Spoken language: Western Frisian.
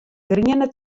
griene